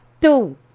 two